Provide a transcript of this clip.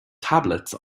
tablets